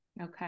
Okay